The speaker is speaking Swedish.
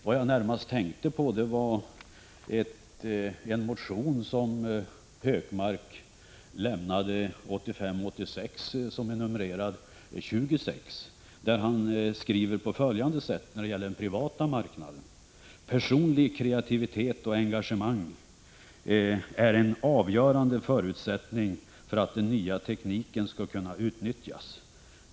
Vad jag närmast tänkte på var en motion som Gunnar Hökmark har väckt, 1985/86:26. Där skriver han på följande sätt när det gäller den privata marknaden: ”Personlig kreativitet och engagemang —-—--— är en avgörande förutsättning för att den nya tekniken skall kunna utnyttjas -—-.